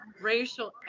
racial